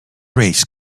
race